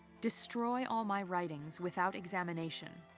destroy all my writings without examination,